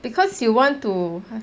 because you want to